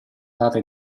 data